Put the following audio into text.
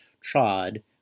trod